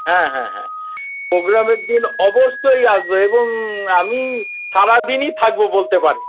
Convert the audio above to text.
হ্যাঁ হ্যাঁ হ্যাঁ প্রোগ্রামের দিন অবশ্যই আসব এবং আমি সারাদিনই থাকব বলতে পারেন